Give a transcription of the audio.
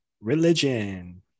Religion